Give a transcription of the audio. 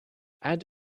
add